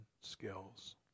skills